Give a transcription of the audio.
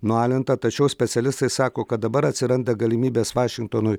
nualinta tačiau specialistai sako kad dabar atsiranda galimybės vašingtonui